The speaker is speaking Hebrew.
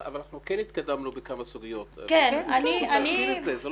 אבל אנחנו כן התקדמנו בכמה סוגיות וצריך להזכיר את זה.